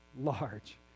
large